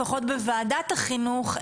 לפחות בוועדת החינוך,